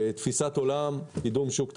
תפיסת העולם שלנו היא קידום שוק תחרותי,